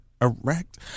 erect